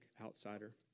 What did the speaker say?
outsider